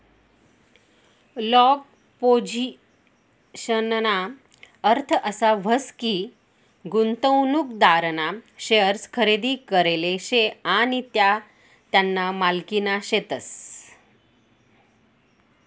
long पोझिशनना अर्थ असा व्हस की, गुंतवणूकदारना शेअर्स खरेदी करेल शे आणि त्या त्याना मालकीना शेतस